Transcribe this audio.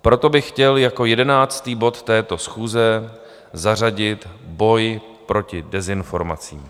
Proto bych chtěl jako jedenáctý bod této schůze zařadit Boj proti dezinformacím.